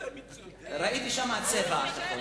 ראיתי שם, איזו אמיצות?